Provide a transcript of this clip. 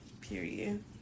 period